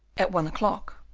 at one o'clock,